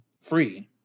free